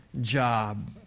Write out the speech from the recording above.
job